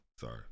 sorry